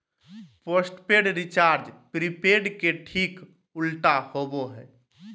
postpaid recharge prepaid के ठीक उल्टा होबो हइ